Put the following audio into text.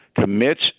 commits